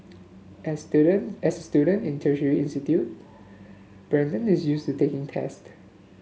as student as student in tertiary institute Brandon is used to taking test